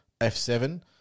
F7